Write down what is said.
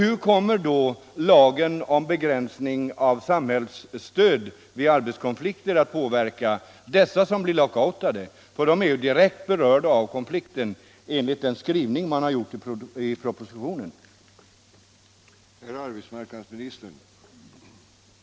Hur kommer då lagen om begränsning av samhällsstöd vid arbetskonflikter att påverka de arbetare som blir lockoutade? Dessa arbetare kommer ju enligt den skrivning som gjorts i propositionen att bli direkt berörda av konflikten.